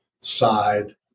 side